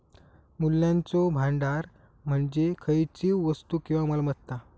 मूल्याचो भांडार म्हणजे खयचीव वस्तू किंवा मालमत्ता